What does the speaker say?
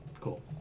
Cool